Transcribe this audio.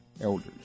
elders